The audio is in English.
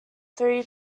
three